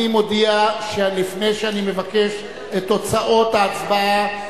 אני מודיע שלפני שאני מבקש את תוצאות ההצבעה,